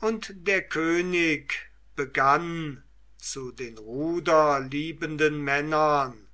und der könig begann zu den ruderliebenden männern